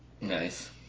Nice